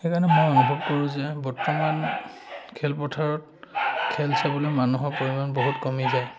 সেইকাৰণে মই অনুভৱ কৰোঁ যে বৰ্তমান খেলপথাৰত খেল চাবলৈ মানুহৰ পৰিমাণ বহুত কমি যায়